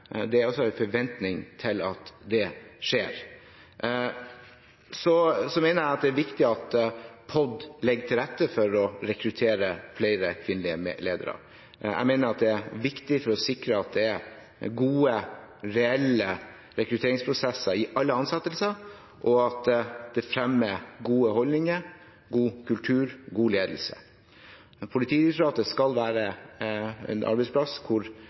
Det er altså en forventning til at det skjer. Jeg mener at det er viktig at POD legger til rette for å rekruttere flere kvinnelige ledere. Jeg mener at det er viktig for å sikre at det er gode, reelle rekrutteringsprosesser i alle ansettelser, og at det fremmer gode holdninger, god kultur, god ledelse. Politidirektoratet skal være en arbeidsplass hvor